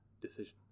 decision